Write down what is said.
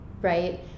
right